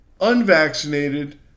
unvaccinated